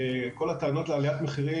כל הטענות לעליית מחירים,